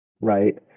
right